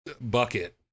bucket